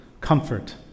comfort